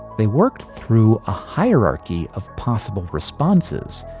they worked through a hierarchy of possible responses.